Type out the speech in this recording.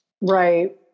Right